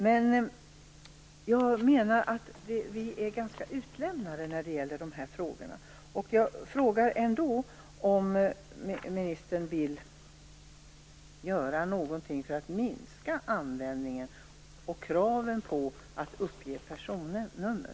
Men jag menar att vi är ganska utlämnade när det gäller dessa frågor.